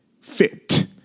Fit